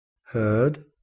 heard